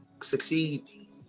succeed